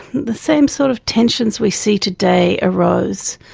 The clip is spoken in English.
the same sort of tensions we see today arose,